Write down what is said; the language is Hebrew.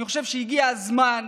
אני חושב שהגיע הזמן,